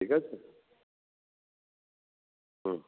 ঠিক আছে হুম